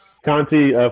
Conti